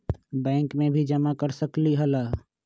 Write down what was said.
Bank में भी जमा कर सकलीहल?